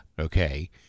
okay